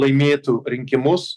laimėtų rinkimus